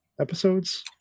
episodes